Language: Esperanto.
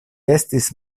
estis